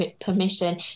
permission